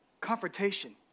confrontation